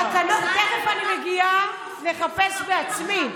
תכף אני מגיעה לחפש בעצמי.